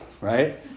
Right